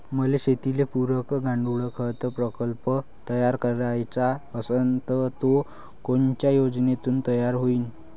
मले शेतीले पुरक गांडूळखत प्रकल्प तयार करायचा असन तर तो कोनच्या योजनेतून तयार होईन?